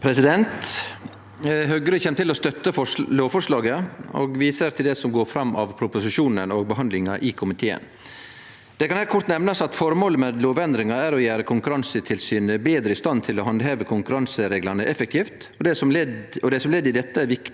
Høgre kjem til å støtte lovforslaget og viser til det som går fram av proposisjonen og behandlinga i komiteen. Det kan kort nemnast at føremålet med lovendringa er å gjere Konkurransetilsynet betre i stand til å handheve konkurransereglane effektivt, og som ledd i dette er det viktig